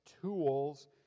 tools